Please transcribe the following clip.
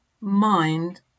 mind